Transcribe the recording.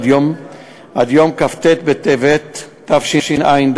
עד יום כ"ט בטבת תשע"ד,